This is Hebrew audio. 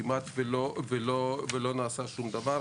כמעט ולא נעשה שום דבר.